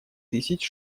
тысяч